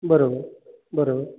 बरोबर बरोबर